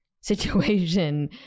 situation